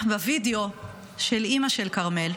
בווידיאו של אימא של כרמל,